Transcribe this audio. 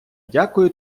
дякую